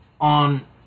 on